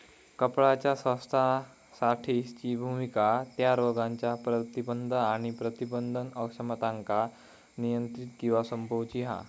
कळपाच्या स्वास्थ्यासाठीची भुमिका त्या रोगांच्या प्रतिबंध आणि प्रबंधन अक्षमतांका नियंत्रित किंवा संपवूची हा